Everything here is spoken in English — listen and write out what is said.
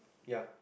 ya